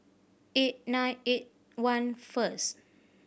eight nine eight one first